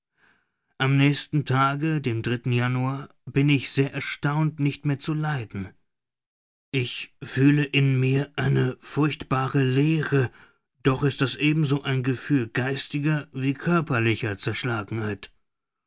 am nächsten tage dem januar bin ich sehr erstaunt nicht mehr zu leiden ich fühle in mir eine furchtbare leere doch ist das ebenso ein gefühl geistiger wie körperlicher zerschlagenheit